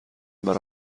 برا